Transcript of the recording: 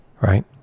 right